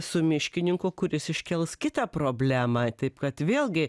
su miškininku kuris iškels kitą problemą taip kad vėlgi